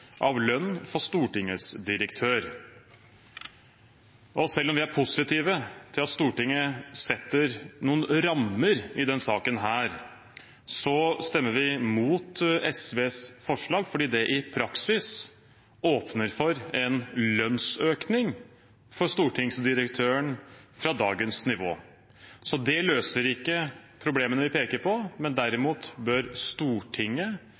av lønn for Stortingets direktør. Selv om vi er positive til at Stortinget setter noen rammer i denne saken, stemmer vi imot SVs forslag, fordi det i praksis åpner for en lønnsøkning for stortingsdirektøren fra dagens nivå. Så det løser ikke problemene vi peker på. Derimot bør Stortinget